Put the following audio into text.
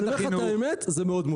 אני אגיד לך את האמת זה מאוד מוזר.